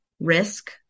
risk